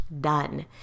done